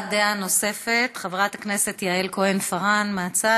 הבעת דעה נוספת, חברת הכנסת יעל כהן-פארן, מהצד.